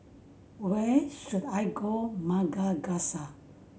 where should I go